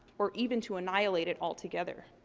or even to annihilate it altogether.